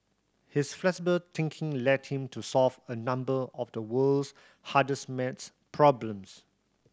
his flexible thinking led him to solve a number of the world's hardest maths problems